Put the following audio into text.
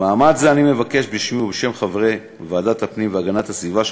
במעמד זה אני מבקש בשמי ובשם חברי ועדת הפנים והגנת הסביבה של